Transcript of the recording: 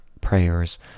prayers